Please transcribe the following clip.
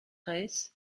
reiss